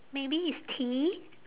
maybe it's tea